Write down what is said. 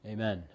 Amen